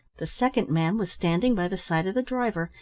the second man was standing by the side of the driver.